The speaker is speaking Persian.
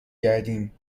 گردیم